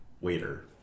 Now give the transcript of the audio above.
waiter